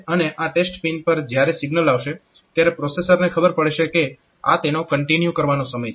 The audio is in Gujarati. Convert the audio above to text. અને આ ટેસ્ટ પિન પર જ્યારે સિગ્નલ આવશે ત્યારે પ્રોસેસરને ખબર પડશે કે આ તેનો કંટીન્યુ કરવાનો સમય છે